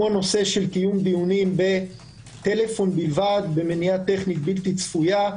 הוא הנושא של קיום דיונים בטלפון בלבד במניעה טכנית בלתי צפויה.